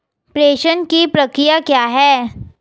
प्रेषण की प्रक्रिया क्या है?